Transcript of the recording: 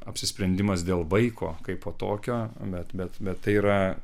apsisprendimas dėl vaiko kaipo tokio bet bet tai yra